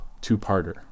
two-parter